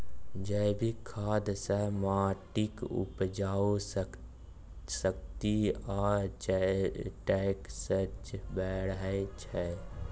जैबिक खाद सँ माटिक उपजाउ शक्ति आ टैक्सचर बढ़ैत छै